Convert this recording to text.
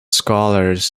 scholars